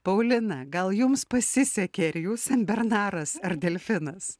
paulina gal jums pasisekė ir jūs senbernaras ar delfinas